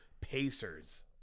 Pacers